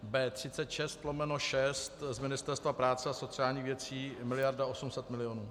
B36/6 z Ministerstva práce a sociálních věcí miliarda 800 milionů.